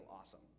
awesome